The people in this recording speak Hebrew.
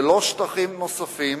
ולא שטחים נוספים